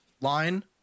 line